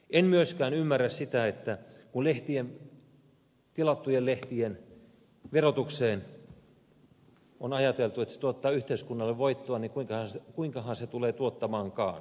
en myöskään ymmärrä sitä kun tilattujen lehtien verotuksesta on ajateltu että se tuottaa yhteiskunnalle voittoa kuinkahan se tulee tuottamaankaan